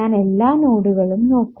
ഞാൻ എല്ലാ നോഡുകളും നോക്കും